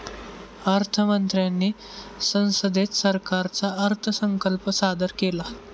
अर्थ मंत्र्यांनी संसदेत सरकारचा अर्थसंकल्प सादर केला